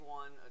one